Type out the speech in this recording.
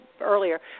earlier